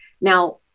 Now